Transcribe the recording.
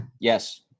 Yes